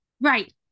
right